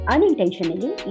Unintentionally